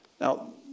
Now